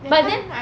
but then